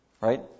right